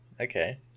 okay